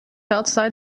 outside